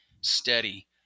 steady